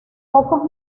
pocos